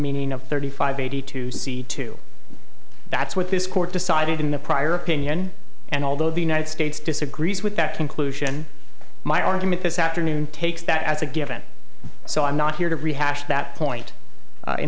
meaning of thirty five eighty two c two that's what this court decided in a prior opinion and although the united states disagrees with that conclusion my argument this afternoon takes that as a given so i'm not here to rehash that point